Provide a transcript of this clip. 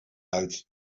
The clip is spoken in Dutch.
uit